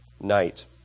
night